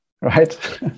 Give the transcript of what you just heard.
right